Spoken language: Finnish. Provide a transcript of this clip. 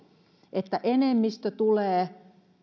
että enemmistö tulee